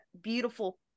beautiful